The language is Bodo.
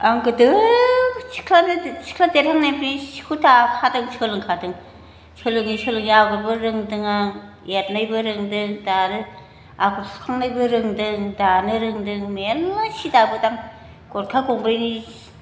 आं गोदो सिख्ला देरहांनायनिफ्राय सिखौ दाखादों सोलोंखादों सोलोङै सोलोङै आगरबो रोंदों आं एरनायबो रोंदों दानो आगर सिखांनायबो रोंदों दानो रोंदों मेल्ला सि दाबोदों गर्खा गंब्रैनि सि